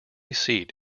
seat